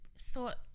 thought